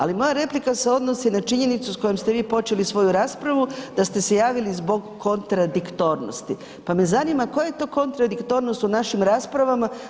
Ali moja replika se odnosi na činjenicu s kojom ste vi počeli svoju raspravu da ste se javili zbog kontradiktornosti, pa me zanima koja je to kontradiktornost u našim raspravama?